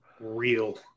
real